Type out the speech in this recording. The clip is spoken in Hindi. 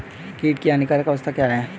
कीट की हानिकारक अवस्था क्या है?